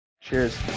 cheers